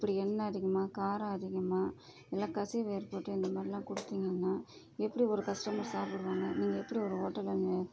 இப்படி எண்ணெய் அதிகமாக காரம் அதிகமாக எல்லாம் கசிவு ஏற்பட்டு இந்தமாதிரிலாம் கொடுத்திங்கன்னா எப்படி ஒரு கஸ்டமர் சாப்பிடுவாங்க நீங்கள் எப்படி ஒரு ஹோட்டலில் ந